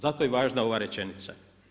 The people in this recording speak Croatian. Zato je važna ova rečenica.